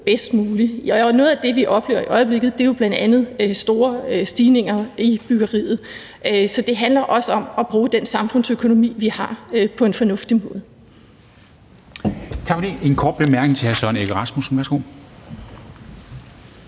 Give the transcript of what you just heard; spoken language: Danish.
bedst muligt. Og noget af det, vi oplever i øjeblikket, er jo bl.a. store stigninger i byggeriet, så det handler også om at bruge den samlede økonomi, vi har, på en fornuftig måde.